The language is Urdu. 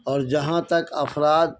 اور جہاں تک افراد